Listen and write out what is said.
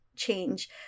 change